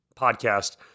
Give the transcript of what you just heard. podcast